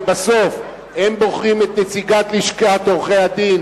ובסוף הם בוחרים את נציגת לשכת עורכי-הדין